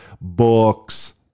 books